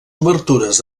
obertures